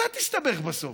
אתה תסתבך בסוף.